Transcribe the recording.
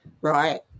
right